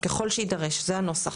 "ככל שיידרש", זה הנוסח.